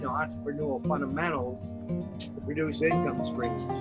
ah entrepreneurial fundamentals with those income streams.